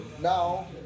now